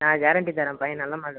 நான் கேரண்டி தரேன் பையன் நல்ல மார்க்